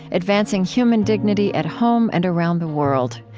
advancing human dignity at home and around the world.